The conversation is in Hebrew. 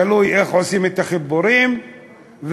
ותלוי איך עושים את החיבורים ואיך